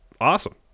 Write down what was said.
awesome